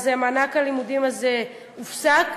מענק הלימודים הזה הופסק.